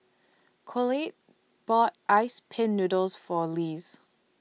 Colette bought Ice Pin Noodles For Lise